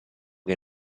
che